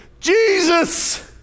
Jesus